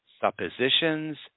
suppositions